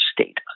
state